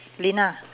lina